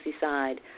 side